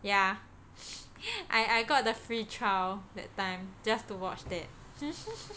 yeah I I got the free trial that time just to watch that